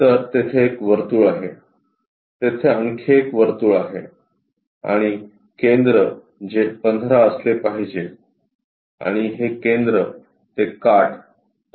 तर तेथे एक वर्तुळ आहे तेथे आणखी एक वर्तुळ आहे आणि केंद्र जे 15 असले पाहिजे आणि हे केंद्र ते काठ 15 आहे